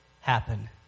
happen